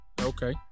okay